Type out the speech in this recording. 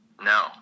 No